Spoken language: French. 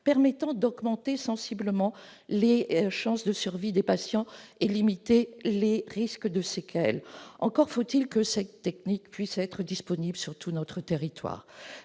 permettant d'augmenter sensiblement les chances de survie des patients et de limiter les risques de séquelles. Encore faut-il que cette technique puisse être disponible sur tout notre territoire